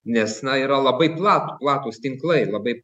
nes na yra labai plat platūs tinklai labai